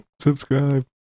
Subscribe